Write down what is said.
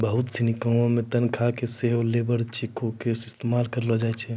बहुते सिनी कामो के तनखा मे सेहो लेबर चेको के इस्तेमाल करलो जाय छै